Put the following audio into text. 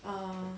uh